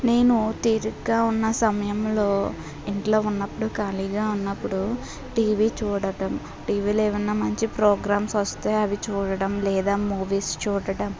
నేను తీరికగా ఉన్న సమయంలో ఇంట్లో ఉన్నప్పుడు ఖాళీగా ఉన్నప్పుడు టీవీ చూడటం టీవీలో ఏమైన మంచి ప్రోగ్రామ్స్ వస్తే అవి చూడడం లేదా మూవీస్ చూడడం